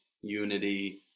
unity